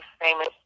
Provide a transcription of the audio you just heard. famous